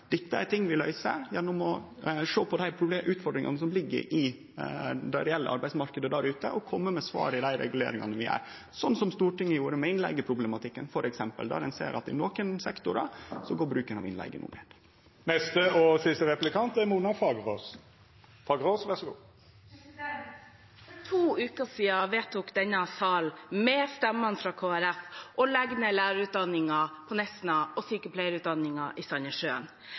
Dette er ting vi løyser gjennom å sjå på dei utfordringane som ligg i den reelle arbeidsmarknaden der ute, og kome med svar i dei reguleringane vi gjer, sånn som Stortinget gjorde med innleigeproblematikken f.eks., der ein no ser at i nokre sektorar går bruken av innleige ned. For to uker siden vedtok denne sal med stemmene fra Kristelig Folkeparti å legge ned lærerutdanningen på Nesna og sykepleierutdanningen i